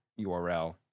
URL